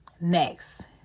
Next